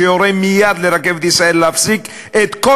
שיורה מייד ל"רכבת ישראל" להפסיק את כל